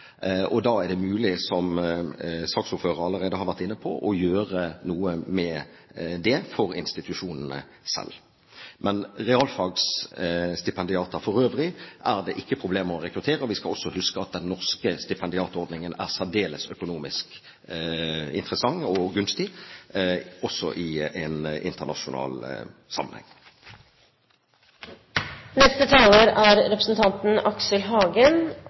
Da er det mulig for institusjonene selv, som saksordføreren allerede har vært inne på, å gjøre noe med det. Men realfagstipendiater for øvrig er det ikke problemer med å rekruttere. Vi skal også huske at den norske stipendiatordningen er særdeles økonomisk interessant og gunstig, også i en internasjonal sammenheng.